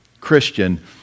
Christian